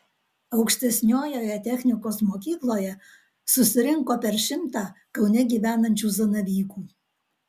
aukštesniojoje technikos mokykloje susirinko per šimtą kaune gyvenančių zanavykų